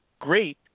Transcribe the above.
Great